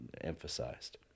emphasized